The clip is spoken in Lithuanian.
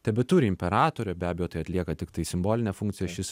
tebeturi imperatorių be abejo tai atlieka tiktai simbolinę funkciją šis